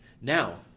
Now